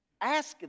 Ask